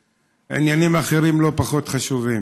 ועניינים אחרים לא פחות חשובים,